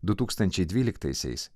du tūkstančiai dvyliktaisiais